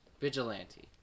vigilante